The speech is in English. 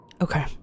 Okay